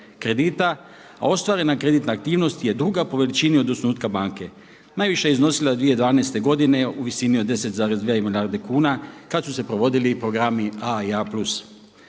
kredita a ostvarena kreditna aktivnost je druga po veličini od osnutka banke. Najviše je iznosila 2012. godine u visini od 10,2 milijarde kuna kad su se provodili programi A i A+.